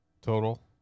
total